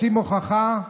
רוצים הוכחה?